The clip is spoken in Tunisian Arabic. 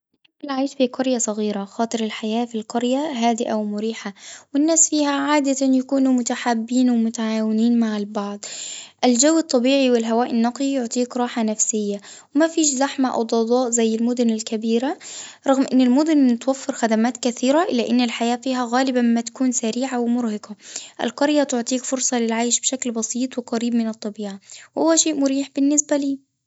نحب العيش في قرية صغيرة خاطر الحياة في القرية هادئة ومريحة والناس فيها عادة يكونوا متحابين ومتعاونين مع البعض، الجو الطبيعي والهواء النقي يعطيك راحة نفسية ومافيش زحمة أو ظوظاء زي المدن الكبيرة، رغم إن المدن توفر خدمات كثيرة إلا إن الحياة فيها غالبا ما تكون سريعة ومرهقة، القرية تعطيك فرصة للعيش بشكل بسيط وقريب من الطبيعة وهو شئ مريح بالنسبة لي.